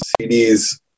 CDs